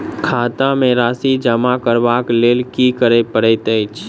खाता मे राशि जमा करबाक लेल की करै पड़तै अछि?